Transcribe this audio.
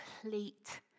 complete